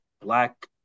black